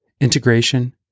integration